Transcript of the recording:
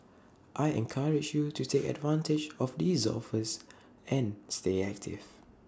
I encourage you to take advantage of these offers and stay active